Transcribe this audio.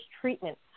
treatment